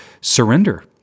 surrender